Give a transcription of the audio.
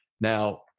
Now